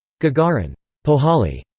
gagarin poekhali!